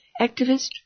Activist